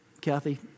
Kathy